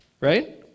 right